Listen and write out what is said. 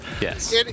Yes